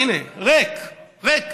הינה, ריק, ריק.